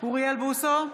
אוריאל בוסו,